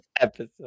episode